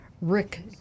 Rick